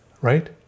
Right